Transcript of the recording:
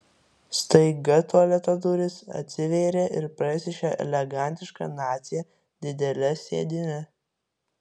staiga tualeto durys atsivėrė ir pro jas išėjo elegantiška nacė didele sėdyne